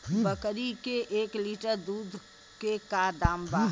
बकरी के एक लीटर दूध के का दाम बा?